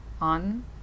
on